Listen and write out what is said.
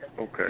Okay